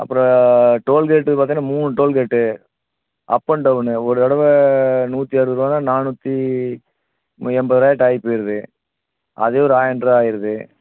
அப்புறம் டோல்கேட்டு பார்த்திங்கன்னா மூணு டோல்கேட்டு அப் அன் டவுனு ஒரு தடவை நூற்றி அறுபது ரூபான்னா நானூற்றி எண்பது ரூபாக்கிட்ட ஆகி போயிடுது அதே ஒரு ஆயரரூபா ஆகிடுது